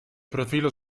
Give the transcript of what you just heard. profilo